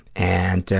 and and